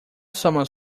some